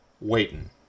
waiting